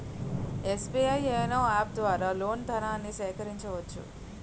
SBI YONO app ద్వారా loan ధనాన్ని సేకరించవచ్చు